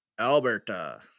Alberta